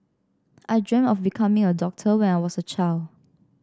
I dreamt of becoming a doctor when I was a child